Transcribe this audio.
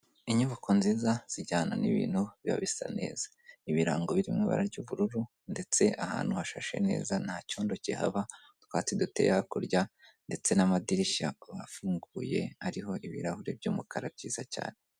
Inyubako nziza zijyana n'ibintu biba bisa neza ibirango birimo ibara ry'ubururu ndetse ahantu hashashe neza nta cyondo cyahaba utwatsi duteye hakurya ndetse n'amadirishya bafunguye ariho ibirahuri by'umukara byiza cyane.